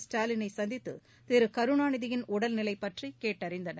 ஸ்டாலினைச் சந்தித்துதிருகருணாநிதியின் உடல்நிலைபற்றிகேட்டறிந்தனர்